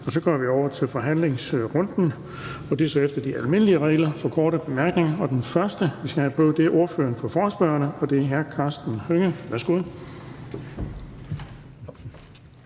Så går vi over til forhandlingsrunden, og det er så efter de almindelige regler for korte bemærkninger. Den første, vi skal have på, er ordføreren for forespørgerne, og det er hr. Karsten Hønge. Værsgo.